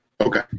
Okay